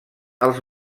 als